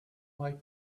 might